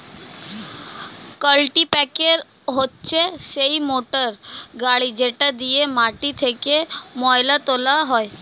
কাল্টিপ্যাকের হচ্ছে সেই মোটর গাড়ি যেটা দিয়ে মাটি থেকে ময়লা তোলা হয়